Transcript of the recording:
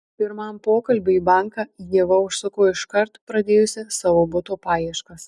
pirmam pokalbiui į banką ieva užsuko iškart pradėjusi savo buto paieškas